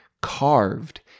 carved